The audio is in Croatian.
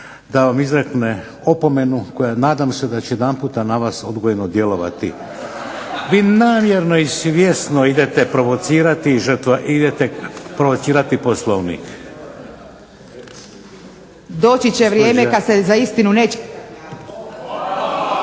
da vam izrekne opomenu koja nadam se da će jedanputa na vas odgojno djelovati. Vi namjerno i svjesno idete provocirati, ide provocirati Poslovnik.